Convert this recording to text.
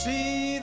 See